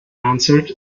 answered